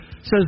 says